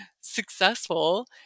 successful